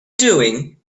doing